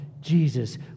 Jesus